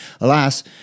Alas